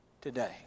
today